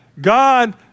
God